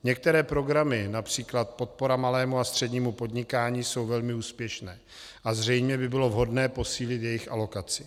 Některé programy, například podpora malému a střednímu podnikání, jsou velmi úspěšné a zřejmě by bylo vhodné posílit jejich alokaci.